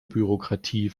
bürokratie